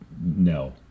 No